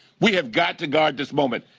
we have got to guard this moment.